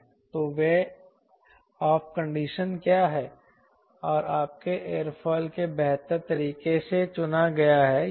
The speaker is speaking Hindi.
तो वे ऑफ कंडीशन क्या हैं और आपके एयरोफिल को बेहतर तरीके से चुना गया है या नहीं